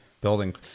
building